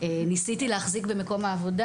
ניסיתי להחזיק במקום העבודה,